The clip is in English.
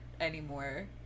anymore